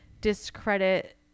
discredit